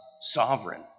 sovereign